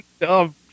dumb